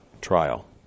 trial